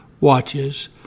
watches